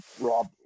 Rob